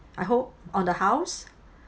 I hope on the house